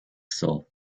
soul